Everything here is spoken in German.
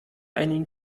einen